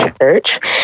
church